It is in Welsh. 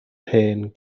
hen